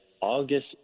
August